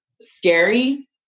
scary